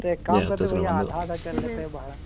तो एक काम करते हैं भैया आधा आधा कर लेते हैं भाड़ा